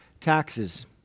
taxes